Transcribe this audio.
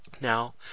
Now